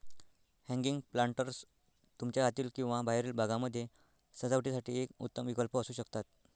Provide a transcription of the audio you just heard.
hanging planters तुमच्या आतील किंवा बाहेरील भागामध्ये सजावटीसाठी एक उत्तम विकल्प असू शकतात